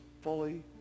fully